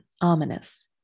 ominous